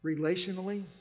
Relationally